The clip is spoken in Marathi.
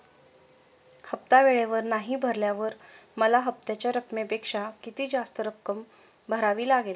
हफ्ता वेळेवर नाही भरल्यावर मला हप्त्याच्या रकमेपेक्षा किती जास्त रक्कम भरावी लागेल?